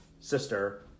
sister